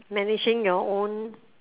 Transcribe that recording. managing your own